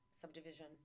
subdivision